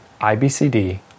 IBCD